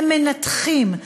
הם מנתחים,